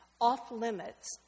off-limits